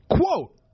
quote